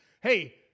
Hey